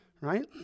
Right